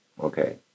okay